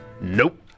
Nope